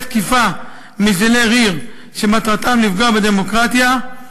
תקיפה מזילי ריר שמטרתם לפגוע בדמוקרטיה,